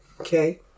Okay